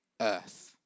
earth